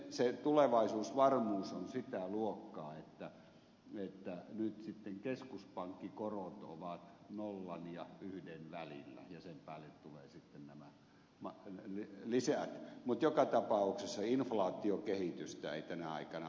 se tulevaisuusvarmuus on sitä luokkaa että nyt sitten keskuspankkikorot ovat nollan ja yhden välillä ja sen päälle tulevat sitten nämä lisät mutta joka tapauksessa inflaatiokehitystä ei tänä aikana ole